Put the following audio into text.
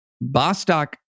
Bostock